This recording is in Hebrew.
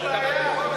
היושב-ראש,